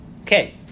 Okay